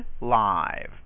live